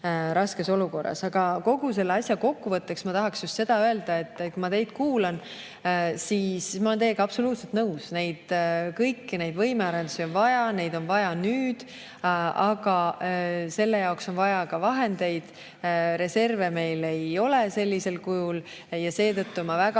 raskes olukorras. Aga kogu selle asja kokkuvõtteks ma tahaks öelda just seda, et kui ma teid kuulan, siis ma olen teiega absoluutselt nõus. Kõiki neid võimearendusi on vaja, neid on vaja nüüd, aga selle jaoks on vaja ka vahendeid. Reserve meil ei ole sellisel kujul ja seetõttu ma väga